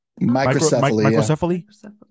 Microcephaly